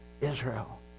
Israel